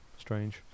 Strange